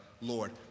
Lord